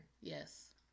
Yes